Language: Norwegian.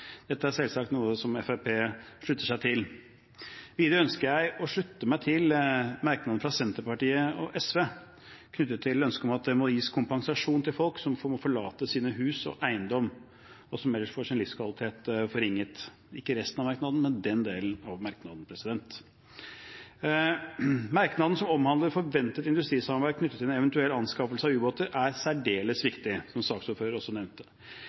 Dette er selvsagt noe som Fremskrittspartiet slutter seg til. Videre ønsker jeg å slutte meg til merknadene fra Senterpartiet og SV knyttet til ønsket om at det må gis kompensasjon til folk som må forlate hus og eiendom og ellers får sin livskvalitet forringet – ikke resten av merknaden, men den delen av den. Merknaden som omhandler forventet industrisamarbeid knyttet til en eventuell anskaffelse av ubåter, er særdeles viktig, som saksordføreren nevnte.